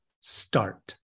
start